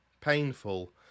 painful